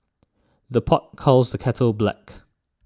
the pot calls the kettle black